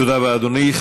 תודה רבה, אדוני.